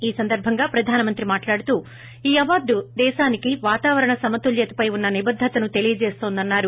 ఈ సందర్బంగా ప్రధానమంత్రి మాట్లాడుతూ ఈ అవార్డ్ దేశానికి వాతావరణ సమ తుల్యతపై ఉన్న నిబద్గతను తెలియచేస్తోందని అన్నారు